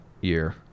year